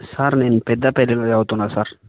sir నేను పెద్దాపల్లిలో చదువుతున్నాను సార్